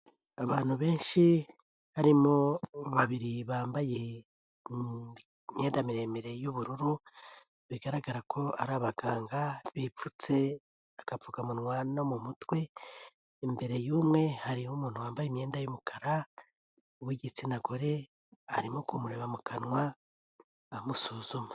Abantu benshi barimo babiri bambaye imyenda miremire y'ubururu bigaragara ko ari abaganga bipfutse agapfukamunwa no mu mutwe imbere y'umwe hariho umuntu wambaye imyenda y'umukara w'igitsina gore arimo kumureba mu kanwa amusuzuma.